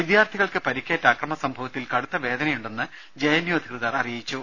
വിദ്യാർത്ഥി കൾക്ക് പരിക്കേറ്റ അക്രമ സംഭവത്തിൽ കടുത്ത വേദനയുണ്ടെന്ന് ജെ എൻ യു അധികൃതർ അറിയിച്ചു